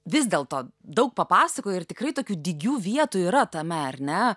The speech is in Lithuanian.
vis dėl to daug papasakojai ir tikrai tokių dygių vietų yra tame ar ne